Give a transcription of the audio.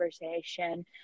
conversation